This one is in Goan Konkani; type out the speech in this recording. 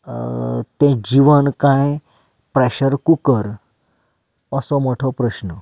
तें जीवन काय प्रेशर कूकर असो मोठो प्रश्न